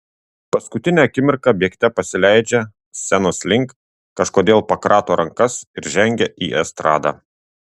paskutinę akimirką bėgte pasileidžia scenos link kažkodėl pakrato rankas ir žengia į estradą